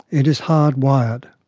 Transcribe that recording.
it is hard wired.